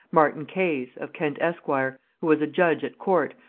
martin kays, of kent esquire, who was a judge at court,